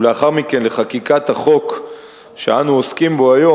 ולאחר מכן לחקיקת החוק שאנו עוסקים בו היום,